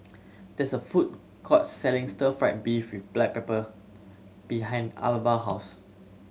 there is a food court selling stir fried beef with black pepper behind Alvah house